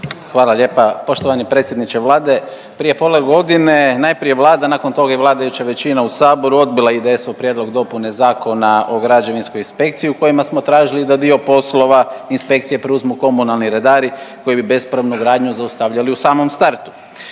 Hvala lijepa. Poštovani predsjedniče Vlade prije pola godine najprije Vlada, a nakon toga i vladajuća većina u Saboru je odbila IDS-ov prijedlog dopune Zakona o građevinskoj inspekciji u kojima smo tražili da dio poslova inspekcije preuzmu komunalni redari koji bi bespravnu gradnju zaustavljali u samom startu.